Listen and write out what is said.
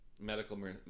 medical